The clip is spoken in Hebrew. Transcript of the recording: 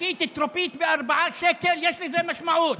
שקית טרופית ב-4 שקלים, יש לזה משמעות.